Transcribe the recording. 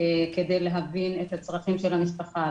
כדי להבין את הצרכים של המשפחה,